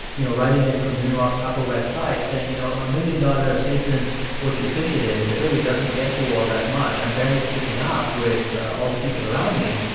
you know, writing in from new york's upper west side saying, you know, a million dollars isn't what you think it is it really doesn't get you all that much. i'm barely keeping up with all the people around me.